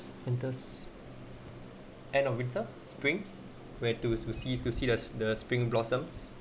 enters end of winter spring where to see to see the the spring blossoms